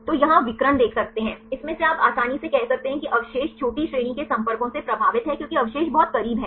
तो यहां आप विकर्ण देख सकते हैं इसमें से आप आसानी से कह सकते हैं कि अवशेष छोटी श्रेणी के संपर्कों से प्रभावित हैं क्योंकि अवशेष बहुत करीब हैं